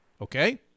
Okay